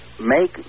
make